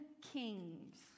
kings